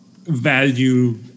value